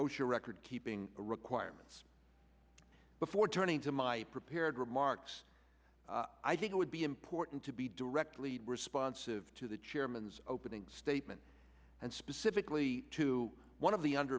osha record keeping requirements before turning to my prepared remarks i think it would be important to be directly responsive to the chairman's opening statement and specifically to one of the